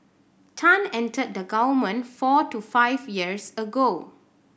tan entered the government four to five years ago